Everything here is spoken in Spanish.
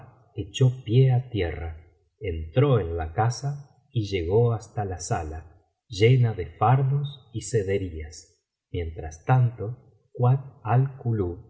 echó pie á tierra entró en la casa y llegó hasta la sala llena de fardos y sederías mientras tanto kuat